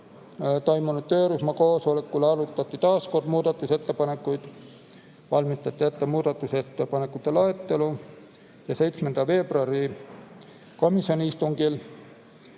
toimunud töörühma koosolekul arutati taas muudatusettepanekuid ja valmistati ette muudatusettepanekute loetelu. 7. veebruari komisjoni istungil